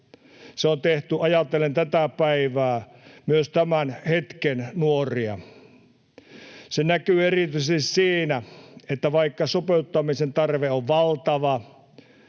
Se on tehty ajatellen tätä päivää, myös tämän hetken nuoria. Se näkyy erityisesti siinä, että vaikka sopeuttamisen tarve on valtava,